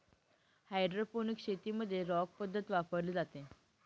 hydroponics शेतीमध्ये rock पद्धत वापरली जाते